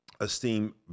esteem